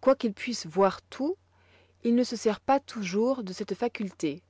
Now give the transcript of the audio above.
quoiqu'il puisse voir tout il ne se sert pas toujours de cette faculté